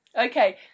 Okay